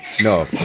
no